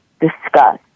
discuss